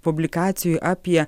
publikacijų apie